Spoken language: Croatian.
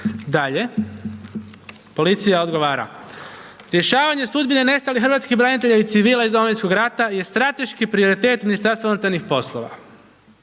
Dalje, policija odgovara, rješavanje sudbine nestalih hrvatskih branitelja i civila iz Domovinskog rata je strateški prioritet MUP-a. Barem načelno,